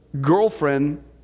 girlfriend